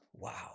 Wow